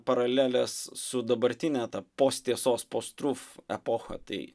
paraleles su dabartine ta post tiesos postruf epocha tai